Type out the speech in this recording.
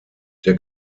der